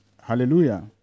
hallelujah